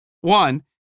One